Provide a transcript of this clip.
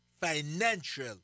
financial